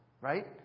right